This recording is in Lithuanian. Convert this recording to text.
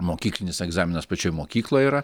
mokyklinis egzaminas pačioj mokykloj yra